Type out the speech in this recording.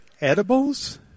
edibles